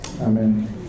Amen